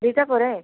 ଦୁଇଟା ପରେ